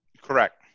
Correct